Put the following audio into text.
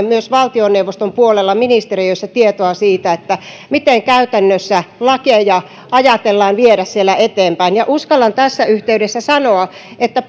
myös valtioneuvoston puolella ministeriöissä tietoa siitä miten käytännössä lakeja ajatellaan viedä siellä eteenpäin ja uskallan tässä yhteydessä sanoa että